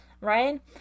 right